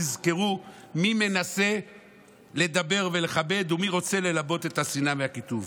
תזכרו מי מנסה לדבר ולכבד ומי רוצה ללבות את השנאה והקיטוב.